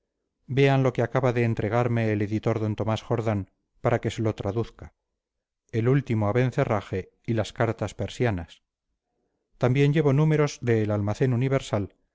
vean lo que acaba de entregarme el editor d tomás jordán para que se lo traduzca el último abencerraje y las cartas persianas también llevo números de el almacén universal